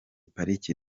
pariki